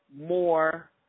more